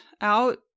out